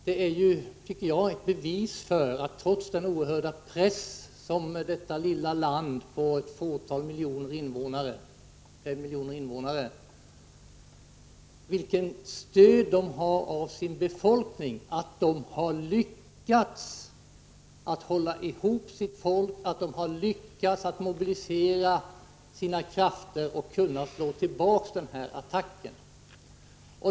Det är ju, tycker jag, ett bevis för vilket stöd detta lilla land på 5 miljoner invånare har av sin befolkning, att man trots den oerhörda pressen har lyckats hålla ihop sitt folk och lyckats mobilisera sina krafter och kunnat slå tillbaka attackerna.